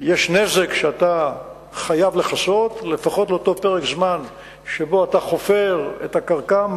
יש נזק שאתה חייב לכסות לפחות לאותו פרק זמן שבו אתה חופר את הקרקע,